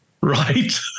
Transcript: right